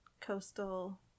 coastal